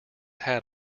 hat